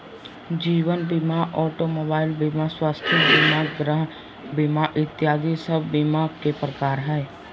जीवन बीमा, automobile बीमा, स्वास्थ्य बीमा, गृह बीमा इत्यादि सब बीमा के प्रकार हय